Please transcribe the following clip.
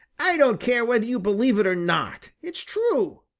i don't care whether you believe it or not it's true,